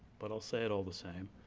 but i'll say it all the same,